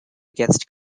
against